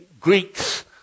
Greeks